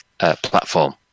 platform